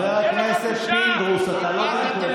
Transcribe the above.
חבר הכנסת פינדרוס, אין לך בושה.